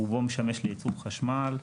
רובו משמש לייצור חשמל.